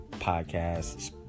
podcasts